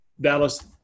Dallas